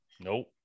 nope